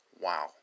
Wow